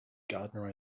gardener